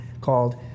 called